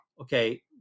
okay